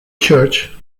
church